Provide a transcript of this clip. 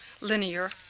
linear